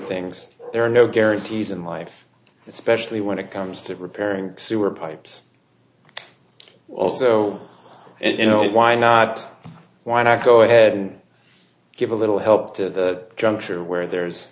things there are no guarantees in life especially when it comes to repairing sewer pipes also and you know why not why not go ahead and give a little help to the juncture where there's